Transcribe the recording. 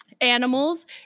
Animals